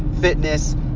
fitness